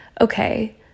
okay